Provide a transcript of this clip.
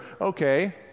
Okay